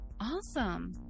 awesome